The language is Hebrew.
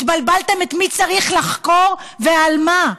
התבלבלתם, את מי צריך לחקור ועל מה.